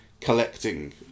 collecting